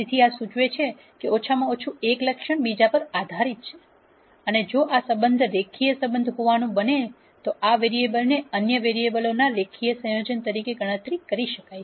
તેથી આ સૂચવે છે કે ઓછામાં ઓછું એક લક્ષણ બીજા પર આધારીત છે અને જો આ સંબંધ રેખીય સંબંધ હોવાનું બને છે તો આ વેરીએબલને અન્ય વેરીએબલોના રેખીય સંયોજન તરીકે ગણતરી કરી શકાય છે